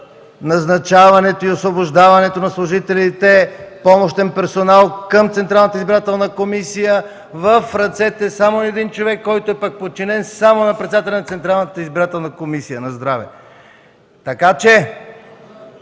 назначаването и освобождаването на служителите и помощен персонал към Централната избирателна комисия в ръцете само на един човек, който е пък подчинен само на председателя на Централната избирателна комисия. Вие давате